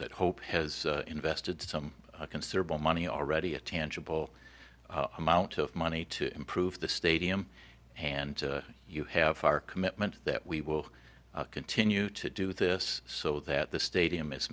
that hope has invested some considerable money already a tangible amount of money to improve the stadium and you have our commitment that we will continue to do this so that the stadium i